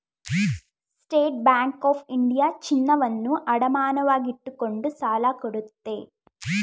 state Bank of India ಚಿನ್ನವನ್ನು ಅಡಮಾನವಾಗಿಟ್ಟುಕೊಂಡು ಸಾಲ ಕೊಡುತ್ತೆ